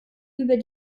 über